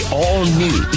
all-new